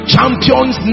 Champions